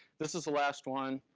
this is the last one.